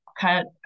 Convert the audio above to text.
cut